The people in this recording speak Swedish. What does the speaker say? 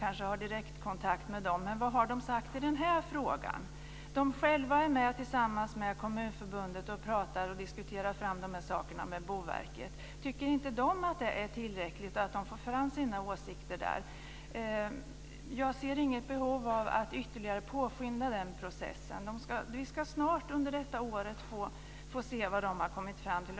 Vad har dessa sagt i den här frågan? De pratar med Kommunförbundet och diskuterar fram åtgärder med Boverket. Tycker de inte att det är tillräckligt att få fram sina åsikter på sådan väg? Jag ser inget behov av att ytterligare påskynda den processen. Vi ska snart under detta år få se vad man har kommit fram till.